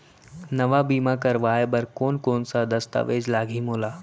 नवा बीमा करवाय बर कोन कोन स दस्तावेज लागही मोला?